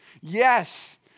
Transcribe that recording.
Yes